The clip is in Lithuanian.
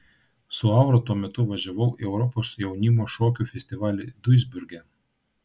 su aura tuo metu važiavau į europos jaunimo šokių festivalį duisburge